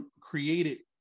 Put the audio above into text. created